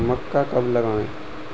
मक्का कब लगाएँ?